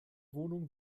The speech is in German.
wohnung